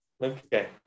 Okay